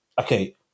okay